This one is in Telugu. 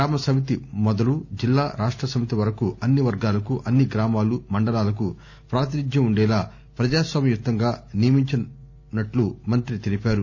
గ్రామ సమితి మొదలు జిల్లా రాష్ట సమితి వరకు అన్ని వర్గాలకు అన్ని గ్రామాలు మండలాలకు ప్రాతినిధ్యం ఉండేలా ప్రజాస్వామ్యయుతంగా నియమించినట్లు మంత్రి తెలిపారు